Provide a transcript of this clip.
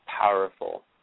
powerful